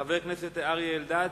חבר הכנסת אריה אלדד?